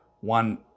one